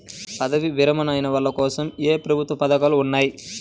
పదవీ విరమణ అయిన వాళ్లకోసం ఏ ప్రభుత్వ పథకాలు ఉన్నాయి?